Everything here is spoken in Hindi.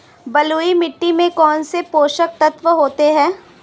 बलुई मिट्टी में कौनसे पोषक तत्व होते हैं?